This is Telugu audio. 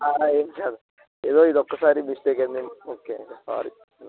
ఏమి సార్ ఏదో ఇది ఒక్కసారి మిస్టేక్ అయింది అండి ఓకే సారీ